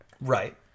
Right